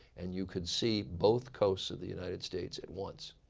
and you could see both coasts of the united states at once.